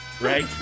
Right